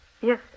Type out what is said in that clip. Yes